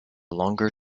longer